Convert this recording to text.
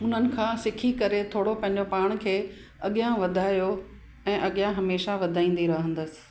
उन्हनि खां सिखी करे थोरो पंहिंजो पाण खे अॻियां वधायो ऐं अॻियां हमेशह वधाईंदी रहंदसि